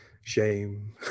Shame